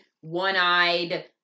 one-eyed